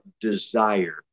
desire